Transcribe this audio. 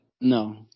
No